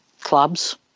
clubs